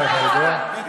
אני יודע,